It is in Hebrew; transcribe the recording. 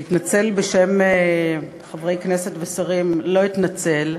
להתנצל בשם חברי כנסת ושרים לא אתנצל,